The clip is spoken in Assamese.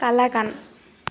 কালাকান